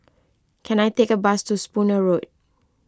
can I take a bus to Spooner Road